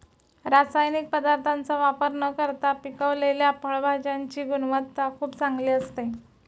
रासायनिक पदार्थांचा वापर न करता पिकवलेल्या फळभाज्यांची गुणवत्ता खूप चांगली असते